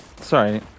Sorry